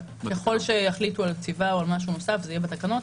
ככל שיחליטו על קציבה או על משהו נוסף זה יהיה בתקנות.